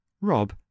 Rob